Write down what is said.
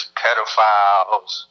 pedophiles